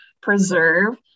preserve